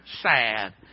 sad